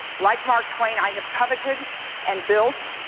like mark twain, i have coveted and built